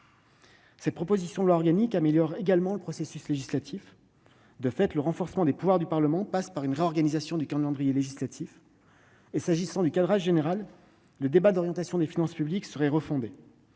». La proposition de loi organique améliore également le processus législatif. De fait, le renforcement des pouvoirs du Parlement passe aussi par une réorganisation du calendrier législatif. S'agissant du cadrage général, le débat d'orientation des finances publiques serait refondé